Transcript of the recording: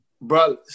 bro